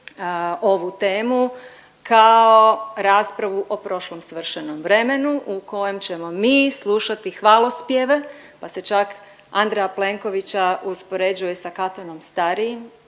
ovu temu kao raspravu o prošlom svršenom vremenu u kojem ćemo mi slušati hvalospjeve pa se čak Andreja Plenkovića uspoređuje sa Katunom starijim,